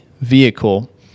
vehicle